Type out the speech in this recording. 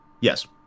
Yes